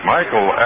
Michael